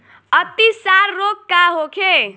अतिसार रोग का होखे?